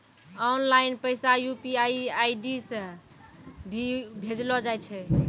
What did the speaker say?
online पैसा UPI ID से भी भेजलो जाय छै